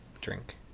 drink